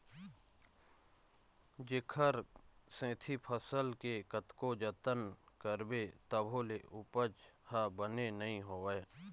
जेखर सेती फसल के कतको जतन करबे तभो ले उपज ह बने नइ होवय